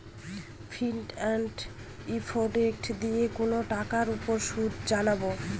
ফিচ and effective দিয়ে কোনো টাকার উপর সুদ জানবো